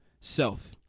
self